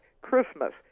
Christmas